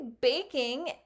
baking